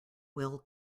will